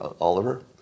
Oliver